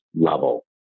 level